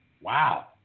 Wow